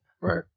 Right